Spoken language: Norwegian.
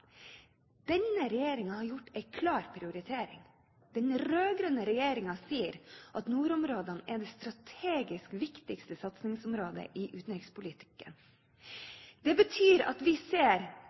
Denne regjeringen har gjort en klar prioritering. Den rød-grønne regjeringen sier at nordområdene er det strategisk viktigste satsingsområdet i utenrikspolitikken. Det betyr at vi ser